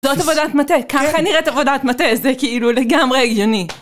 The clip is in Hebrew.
זאת עבודת מטה, ככה נראית עבודת מטה, זה כאילו לגמרי הגיוני